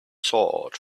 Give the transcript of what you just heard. sword